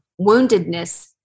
woundedness